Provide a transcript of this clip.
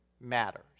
matters